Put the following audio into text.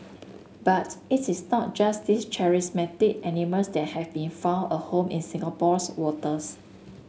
but it is not just these charismatic animals that have been found a home in Singapore's waters